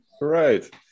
Right